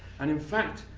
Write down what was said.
and in fact,